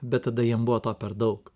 bet tada jiem buvo to per daug